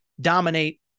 dominate